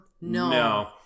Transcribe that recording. No